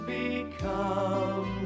become